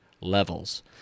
levels